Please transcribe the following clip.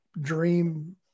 dream